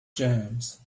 jams